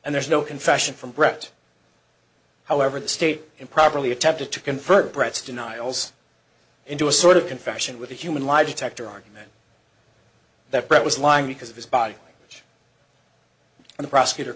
and there's no confession from brett however the state improperly attempted to convert brett's denials into a sort of confession with a human lie detector argument that brett was lying because of his body and the prosecutor